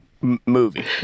movie